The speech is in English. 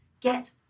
Get